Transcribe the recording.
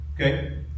Okay